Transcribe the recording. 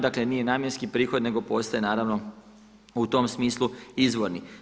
Dakle, nije namjenski prihod nego postaje naravno u tom smislu izvorni.